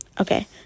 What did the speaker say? Okay